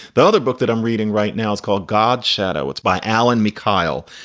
the other book that i'm reading right now is called god's shadow. it's by alan mikail.